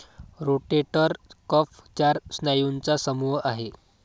rotator cuff चार स्नायूंचा समूह आहे